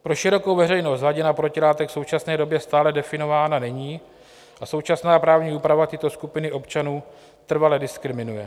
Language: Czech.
Pro širokou veřejnost hladina protilátek v současné době stále definována není a současná právní úprava tyto skupiny občanů trvale diskriminuje.